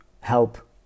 help